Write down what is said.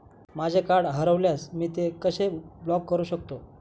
माझे कार्ड हरवल्यास मी ते कसे ब्लॉक करु शकतो?